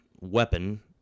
weapon